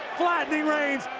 flattening reigns,